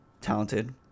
talented